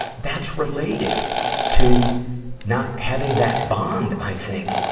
that's related to not having that bond, i think,